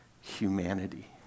humanity